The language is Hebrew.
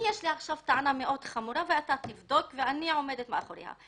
יש לי עכשיו טענה מאוד חמורה ואתה תבדוק ואני עומדת מאחוריה.